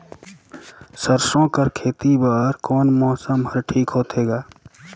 सरसो कर खेती बर कोन मौसम हर ठीक होथे ग?